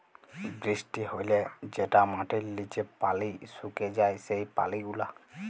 বৃষ্টি হ্যলে যেটা মাটির লিচে পালি সুকে যায় সেই পালি গুলা